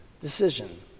decision